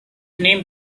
named